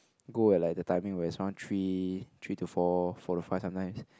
go at like the timing when it's around three three to four four to five sometimes